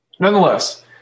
Nonetheless